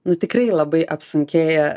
nu tikrai labai apsunkėja